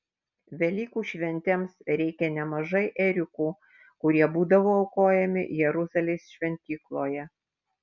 velykų šventėms reikia nemažai ėriukų kurie būdavo aukojami jeruzalės šventykloje